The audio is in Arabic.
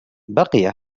بقي